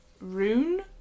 rune